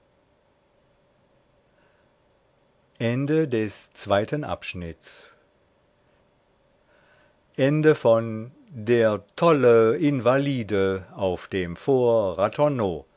der tolle invalide auf dem